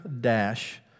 dash